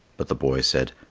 but the boy said,